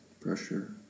pressure